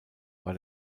war